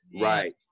right